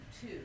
two